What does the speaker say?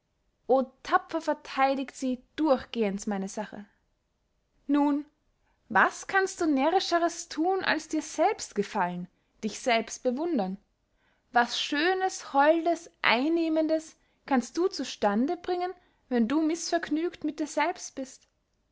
tapfer vertheidigt sie durchgehends meine sache nun was kannst du närrischers thun als dir selbst gefallen dich selbst bewundern was schönes holdes einnehmendes kannst du zu stande bringen wenn du mißvergnügt mit dir selbst bist